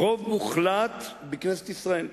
רוב מוחלט בכנסת ישראל.